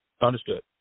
Understood